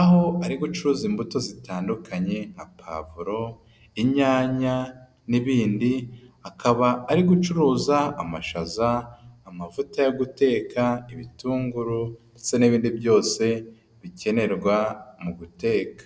aho ari gucuruza imbuto zitandukanye nka pavuro, inyanya, n'ibindi. Akaba ari gucuruza amashaza, amavuta yo guteka, ibitunguru, ndetse n'ibindi byose bikenerwa mu guteka.